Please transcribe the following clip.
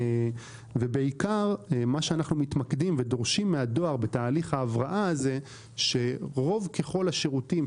אנחנו בעיקר מתמקדים ודורשים מהדואר שבתהליך ההבראה הזה כל השירותים,